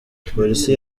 police